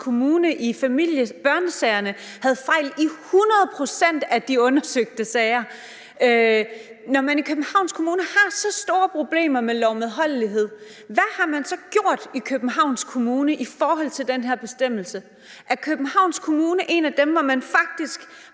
Kommune i børnesagerne havde fejl i 100 pct. af de undersøgte sager, og når man i Københavns Kommune har så store problemer med lovmedholdelighed, hvad har man så gjort i Københavns Kommune i forhold til den her bestemmelse? Er Københavns Kommune en af dem, hvor man faktisk